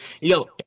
Yo